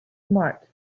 smart